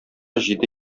җиде